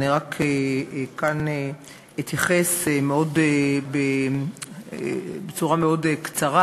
אני כאן אתייחס בצורה מאוד קצרה.